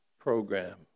program